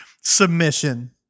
submission